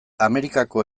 amerikako